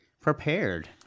prepared